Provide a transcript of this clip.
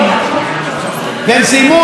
הם סיימו אותו בצרימה.